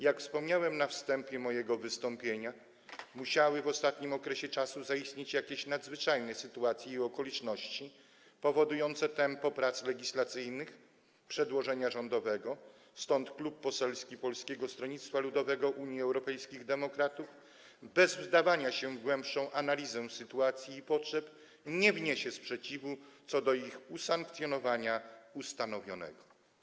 Jak wspomniałem na wstępie mojego wystąpienia, musiały w ostatnim okresie zaistnieć jakieś nadzwyczajne sytuacje i okoliczności powodujące takie tempo prac legislacyjnych dotyczących przedłożenia rządowego, stąd Klub Poselski Polskiego Stronnictwa Ludowego - Unii Europejskich Demokratów, bez wdawania się w głębszą analizę sytuacji i potrzeb, nie wniesie sprzeciwu co do ich usankcjonowania ustanowionego.